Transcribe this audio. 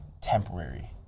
temporary